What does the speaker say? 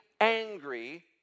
angry